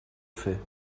fait